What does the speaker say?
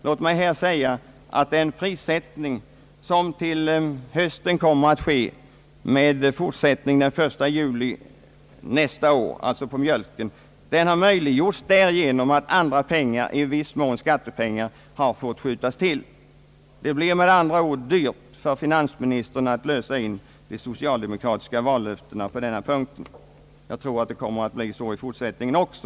Låt mig här säga att den prissänkning på mjölken som till hösten kommer att ske med fortsättning den 1 juli nästa år har möjliggjorts därigenom att andra pengar, i viss mån skattepengar, har fått skjutas till. Det blir med andra ord dyrt för finansministern att lösa in de socialdemokratiska vallöftena på denna punkt. Jag tror att det kommer att bli så i fortsättningen också.